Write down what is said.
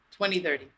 2030